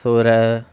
so ஒரு